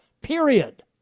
Period